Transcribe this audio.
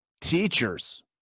teachers